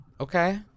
Okay